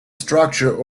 structure